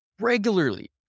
regularly